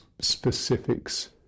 specifics